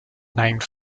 named